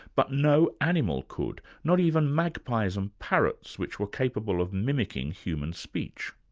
but no animal could, not even magpies and parrots, which were capable of mimicking human speech.